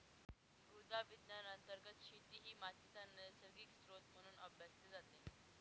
मृदा विज्ञान अंतर्गत शेती ही मातीचा नैसर्गिक स्त्रोत म्हणून अभ्यासली जाते